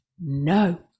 no